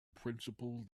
principle